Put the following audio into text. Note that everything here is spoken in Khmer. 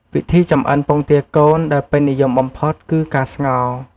វិធីចម្អិនពងទាកូនដែលពេញនិយមបំផុត គឺ ការស្ងោរ។